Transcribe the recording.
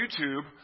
YouTube